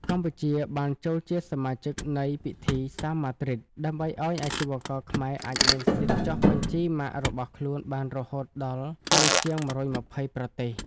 កម្ពុជាបានចូលជាសមាជិកនៃ "ពិធីសារម៉ាឌ្រីដ" ដើម្បីឱ្យអាជីវករខ្មែរអាចមានសិទ្ធិចុះបញ្ជីម៉ាករបស់ខ្លួនបានរហូតដល់ទៅជាង ១២០ ប្រទេស។